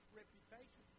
reputation